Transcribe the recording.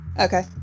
okay